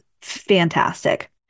fantastic